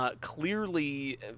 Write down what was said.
Clearly